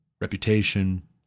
reputation